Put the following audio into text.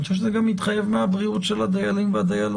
אני חושב שזה גם מתחייב מהבריאות של הדיילים והדיילות.